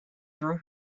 threw